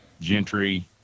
Gentry